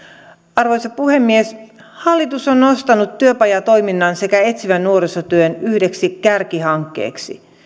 arvoisa puhemies hallitus on nostanut työpajatoiminnan sekä etsivän nuorisotyön yhdeksi kärkihankkeeksi